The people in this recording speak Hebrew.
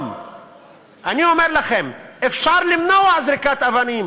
אני אומר לכם: אפשר למנוע זריקת אבנים